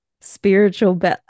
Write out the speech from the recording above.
spiritual